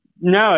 no